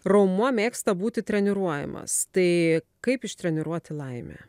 raumuo mėgsta būti treniruojamas tai kaip ištreniruoti laimę